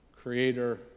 creator